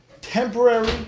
temporary